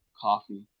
coffee